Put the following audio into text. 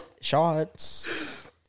shots